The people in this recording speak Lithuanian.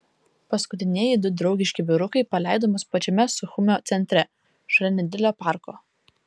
paskutinieji du draugiški vyrukai paleido mus pačiame suchumio centre šalia nedidelio parko